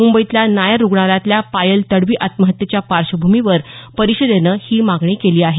मुंबईतल्या नायर रुग्णालयातल्या पायल तडवी आत्महत्येच्या पार्श्वभूमीवर परिषदेनं ही मागणी केली आहे